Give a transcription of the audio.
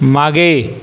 मागे